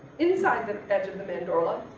inside the edge of the mandorla,